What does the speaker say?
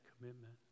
commitment